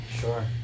sure